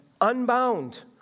unbound